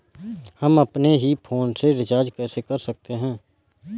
हम अपने ही फोन से रिचार्ज कैसे कर सकते हैं?